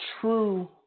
true